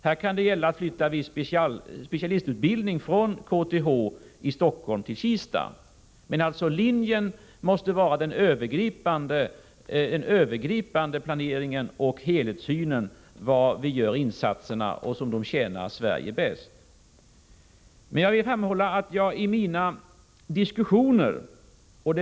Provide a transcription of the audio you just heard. Det kan gälla att flytta viss specialistutbildning från KTH i Stockholm till Kista, men huvudlinjen måste vara en övergripande planering och helhetssyn på var vi skall göra insatserna för att de skall tjäna Sverige bäst.